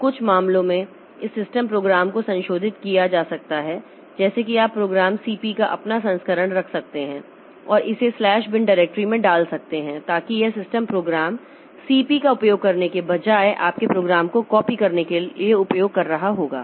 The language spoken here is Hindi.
तो कुछ मामलों में इस सिस्टम प्रोग्राम को संशोधित किया जा सकता है जैसे कि आप प्रोग्राम cp का अपना संस्करण रख सकते हैं और इसे स्लैश बिन डायरेक्टरी में डाल सकते हैं ताकि यह सिस्टम प्रोग्राम cp का उपयोग करने के बजाय आपके प्रोग्राम को कॉपी करने के लिए उपयोग कर रहा होगा